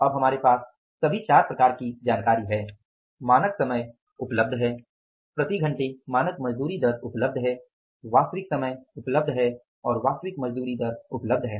अब हमारे पास सभी 4 प्रकार की जानकारी है मानक समय उपलब्ध है प्रति घंटे मानक मजदूरी दर उपलब्ध है वास्तविक समय उपलब्ध है और वास्तविक मजदूरी दर उपलब्ध है